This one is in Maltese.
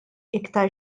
iktar